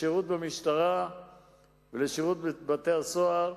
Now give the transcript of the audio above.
לשירות במשטרה ולשירות בבתי-הסוהר,